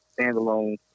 standalone